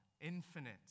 Infinite